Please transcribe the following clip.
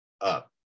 up